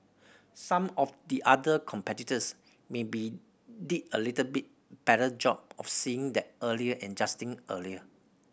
some of the other competitors maybe did a little bit better job of seeing that earlier and adjusting earlier